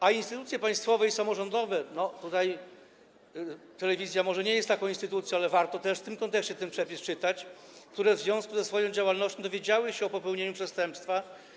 A instytucje państwowe i samorządowe - może telewizja nie jest taką instytucją, ale warto też w tym kontekście ten przepis czytać - które w związku ze swoją działalnością dowiedziały się o popełnieniu przestępstwa.